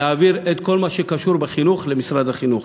היא להעביר את כל מה שקשור בחינוך למשרד החינוך.